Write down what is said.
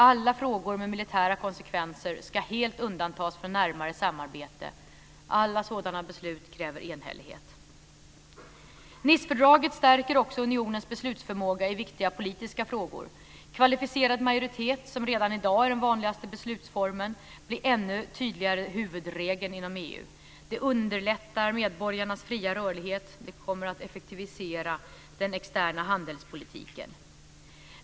Alla frågor med militära konsekvenser ska helt undantas från närmare samarbete. Alla sådana beslut kräver enhällighet. Nicefördraget stärker också unionens beslutsförmåga i viktiga politiska frågor. Kvalificerad majoritet - som redan i dag är den vanligaste beslutsformen - blir ännu tydligare huvudregeln inom EU. Det underlättar medborgarnas fria rörlighet, och det kommer att effektivisera den externa handelspolitiken.